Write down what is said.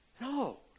no